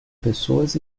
pessoas